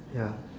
ya